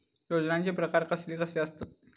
योजनांचे प्रकार कसले कसले असतत?